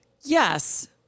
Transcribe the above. Yes